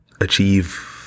achieve